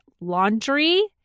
laundry